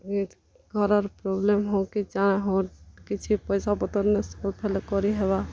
ଘରର୍ ପ୍ରୋବ୍ଲେମ୍ ହେଉ କି ଜାଣା ହେଉ କିଛି ପଏସା ପତର୍ ନୁ ସଟ୍ ହେଲେ କରିହେବା